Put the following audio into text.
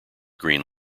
green